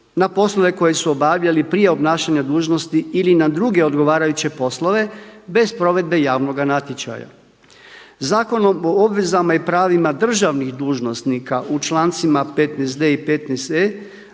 na poslove koje su obavljali prije obnašanja dužnosti ili na druge odgovarajuće poslove bez provedbe javnoga natječaja. Zakonom o obvezama i pravima državnih dužnosnika u člancima 15.d i 15.e